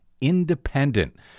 independent